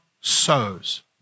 sows